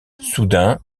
soudain